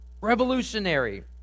Revolutionary